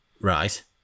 Right